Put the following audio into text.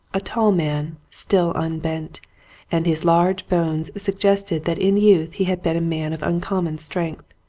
a tall man, still unbent and his large bones suggested that in youth he had been a man of uncommon strength.